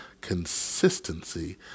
Consistency